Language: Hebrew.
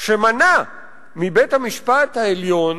שמנע מבית-המשפט העליון